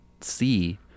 see